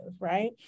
Right